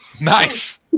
Nice